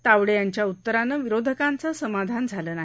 तावडे यांच्या उत्तरानं विरोधकांचं समाधान झालं नाही